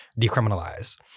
decriminalize